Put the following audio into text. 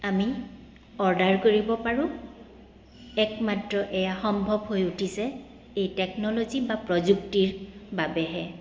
আমি অৰ্ডাৰ কৰিব পাৰোঁ একমাত্ৰ এয়া সম্ভৱ হৈ উঠিছে এই টেকন'লজি বা প্ৰযুক্তিৰ বাবেহে